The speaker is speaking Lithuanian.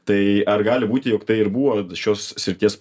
tai ar gali būti jog tai ir buvo šios srities